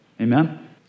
amen